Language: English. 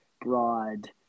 broad